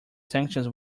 sanctions